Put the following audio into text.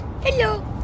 Hello